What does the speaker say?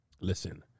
Listen